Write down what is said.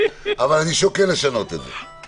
אני רוצה לנצל את הדיון